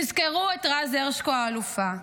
תזכרו את רז הרשקו האלופה,